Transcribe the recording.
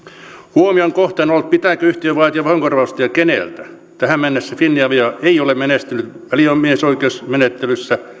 huomion kohteena on ollut pitääkö yhtiön vaatia vahingonkorvausta ja keneltä tähän mennessä finavia ei ole menestynyt välimiesoikeusmenettelyssä